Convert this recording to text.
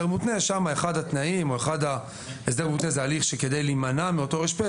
מותנה הסדר מותנה זה הליך שכדי להימנע מרישום פלילי,